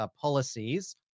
policies